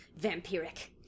Vampiric